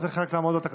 זה חלק מהתקנון.